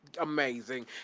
amazing